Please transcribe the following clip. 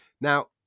Now